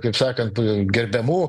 kaip sakant gerbiamų